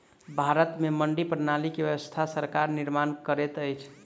भारत में मंडी प्रणाली के व्यवस्था सरकार निर्माण करैत अछि